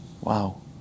Wow